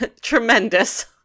Tremendous